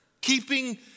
Keeping